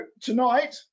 tonight